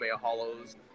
hollows